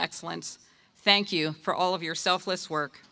excellence thank you for all of your selfless work